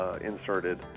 inserted